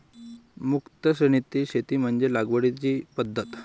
मुक्त श्रेणीतील शेती म्हणजे लागवडीची पद्धत